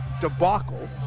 debacle